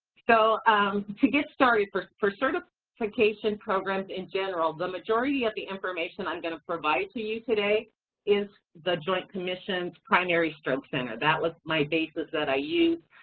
so to get started, for for sort of certifications programs in general, the majority of the information i'm gonna provide to you today is the joint commissions primary stroke center's. that was my basis that i used,